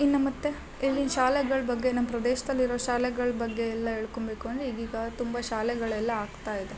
ಇನ್ನ ಮತ್ತು ಇಲ್ಲಿನ ಶಾಲೆಗಳ ಬಗ್ಗೆ ನಮ್ಮ ಪ್ರದೇಶ್ದಲ್ಲಿರೊ ಶಾಲೆಗಳ ಬಗ್ಗೆ ಎಲ್ಲ ಹೇಳ್ಕೊಂಬೇಕು ಅಂದರೆ ಈಗೀಗ ತುಂಬ ಶಾಲೆಗಳೆಲ್ಲ ಆಗ್ತಾ ಇದೆ